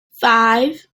five